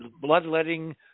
bloodletting